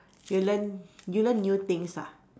you learn you learn new things ah